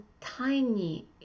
tiny